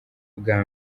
bwa